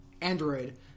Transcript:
Android –